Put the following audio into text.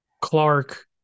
Clark